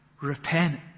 Repent